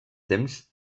temps